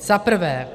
Za prvé.